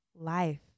life